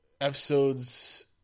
episodes